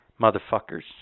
motherfuckers